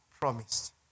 promised